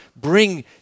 bring